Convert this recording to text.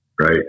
Right